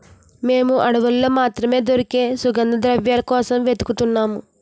మేము అడవుల్లో మాత్రమే దొరికే సుగంధద్రవ్యాల కోసం వెలుతున్నాము